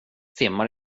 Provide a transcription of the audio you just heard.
timmar